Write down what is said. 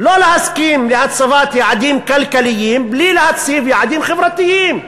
לא להסכים להצבת יעדים כלכליים בלי הצבת יעדים חברתיים.